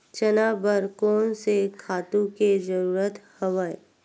चना बर कोन से खातु के जरूरत हवय?